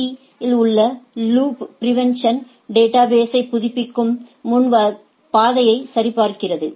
பீ இல் உள்ள loop prevention டேட்டாபேஸை புதுப்பிக்கும் முன் பாதையை சரிபார்க்கிறது